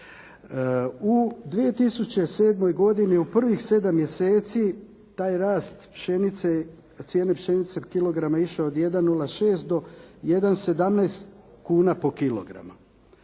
U 2007. godini u prvih sedam mjeseci taj rast cijene pšenice od kilograma je išao od 1,06 do 1,17 kuna po kilogramu.